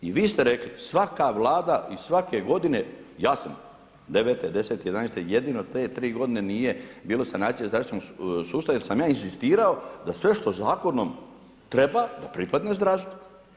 I vi ste rekli, svaka Vlada i svake godine jasno 9, 10, 11 jedino te tri godine nije bilo sanacija zdravstvenog sustava jer sam ja inzistirao da sve što zakonom treba da pripadne zdravstvu.